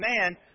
man